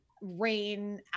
rain